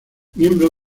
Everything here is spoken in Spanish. miembro